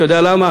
אתה יודע למה?